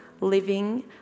living